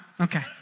okay